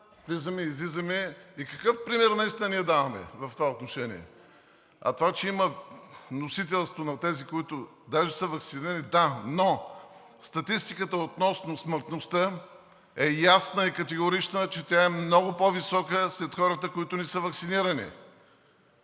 влизаме и излизаме, и какъв пример даваме в това отношение?! А това, че има носителство на тези, които даже са ваксинирани – да, но статистиката относно смъртността е ясна и категорична, че тя е много по-висока сред хората, които не са ваксинирани.